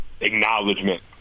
acknowledgement